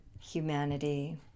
humanity